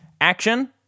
action